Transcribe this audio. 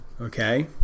Okay